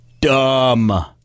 Dumb